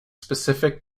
specific